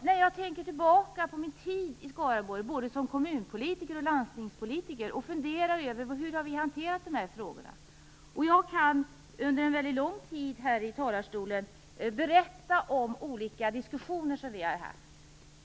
När jag tänker tillbaka på min tid i Skaraborg både som kommunpolitiker och som landstingspolitiker och funderar över hur vi har hanterat dessa frågor kommer jag att tänka på de olika diskussioner som vi har haft.